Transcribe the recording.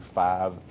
five